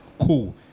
Cool